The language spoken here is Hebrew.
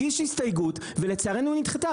הגיש הסתייגות, ולצערנו היא נדחתה.